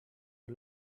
you